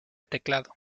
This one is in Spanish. teclado